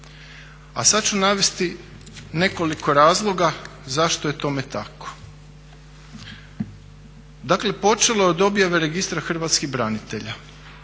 A sad ću navesti nekoliko razloga zašto je tome tako. Dakle, počelo je od objave registra hrvatskih branitelja.